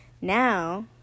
Now